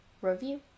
review